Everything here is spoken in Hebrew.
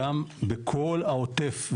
גם בכל העוטף,